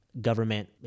government